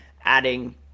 adding